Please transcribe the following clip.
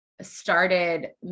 started